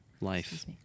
life